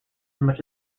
much